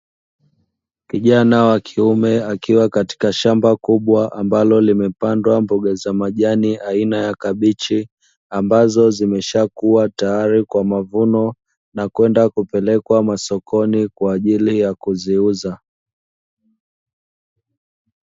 Kijana wa kiume akiwa katika shamba kubwa ambalo limepandwa mboga za majani aina ya kabichi, ambazo zimeshakua tayari kwa mavuno na kwenda kupelekwa masokoni kwa ajili ya kuziuza.